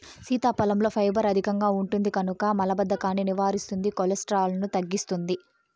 సీతాఫలంలో ఫైబర్ అధికంగా ఉంటుంది కనుక మలబద్ధకాన్ని నివారిస్తుంది, కొలెస్ట్రాల్ను తగ్గిస్తుంది